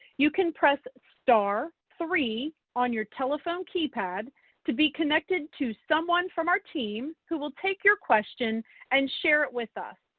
you can press star three on your telephone keypad to be connected to someone from our team who will take your question and share it with us.